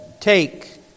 take